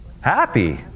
Happy